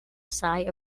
sigh